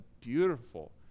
beautiful